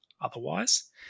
otherwise